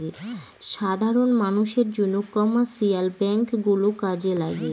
সাধারন মানষের জন্য কমার্শিয়াল ব্যাঙ্ক গুলো কাজে লাগে